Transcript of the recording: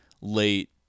late